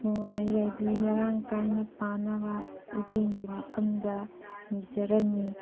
ꯅꯨꯡꯉꯥꯏ ꯌꯥꯏꯕꯤ ꯃꯔꯥꯡ ꯀꯥꯏꯅ ꯄꯥꯟꯅꯕ ꯏꯕꯦꯟꯒꯤ ꯃꯐꯝꯗ ꯅꯤꯖꯔꯝꯃꯤ